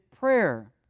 Prayer